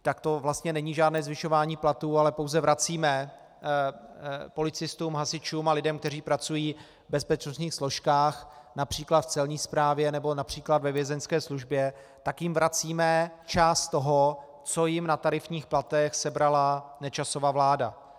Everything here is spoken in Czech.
Tak to vlastně není žádné zvyšování platů, ale pouze vracíme policistům, hasičům a lidem, kteří pracují v bezpečnostních službách, např. v celní správě nebo např. ve vězeňské službě, část toho, co jim na tarifních platech sebrala Nečasova vláda.